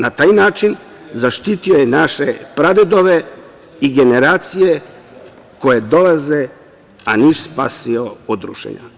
Na taj način zaštitio je naše pradede i generacije koje dolaze, a Niš spasio od ruševina.